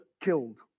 killed